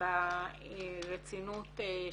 ברצינות שמתבקשת.